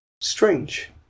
Strange